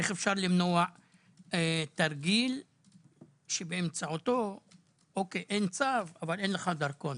איך אפשר למנוע תרגיל שבאמצעותו אין צו אבל אין לך דרכון?